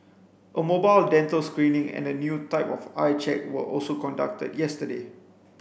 a mobile dental screening and a new type of eye check were also conducted yesterday